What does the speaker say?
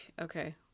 Okay